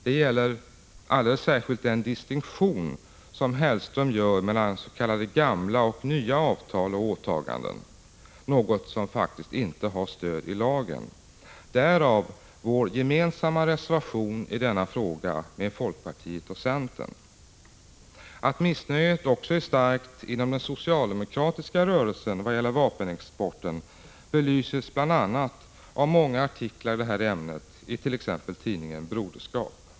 — Det gäller alldeles särskilt den distinktion som Mats Hellström gör mellan s.k. gamla och nya avtal och åtaganden, något som faktiskt inte har stöd i lagen. Därför har vi gemensamt med folkpartiet och centern reserverat oss i denna fråga. Att missnöjet också är starkt inom den socialdemokratiska rörelsen i vad gäller vapenexporten belyses bl.a. av många artiklar i ämnet i t.ex. tidningen Broderskap.